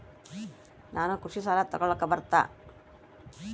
ನಾನು ಕೃಷಿ ಸಾಲ ತಗಳಕ ಬರುತ್ತಾ?